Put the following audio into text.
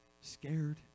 scared